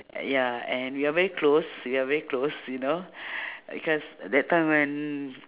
ya and we are very close we are very close you know because that time when